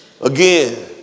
again